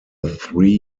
three